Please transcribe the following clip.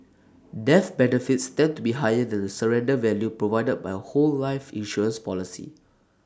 death benefits tend to be higher than the surrender value provided by A whole life insurance policy